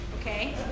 Okay